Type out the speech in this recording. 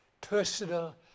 personal